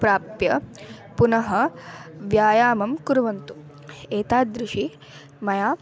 प्राप्य पुनः व्यायामं कुर्वन्तु एतादृशि मया